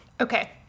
Okay